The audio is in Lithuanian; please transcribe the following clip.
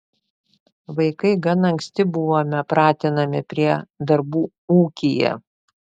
vaikai gan anksti buvome pratinami prie darbų ūkyje